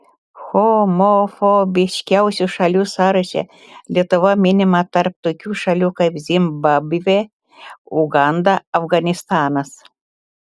homofobiškiausių šalių sąraše lietuva minima tarp tokių šalių kaip zimbabvė uganda afganistanas